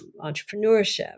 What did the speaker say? entrepreneurship